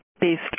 based